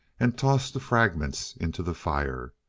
and tossed the fragments into the fire.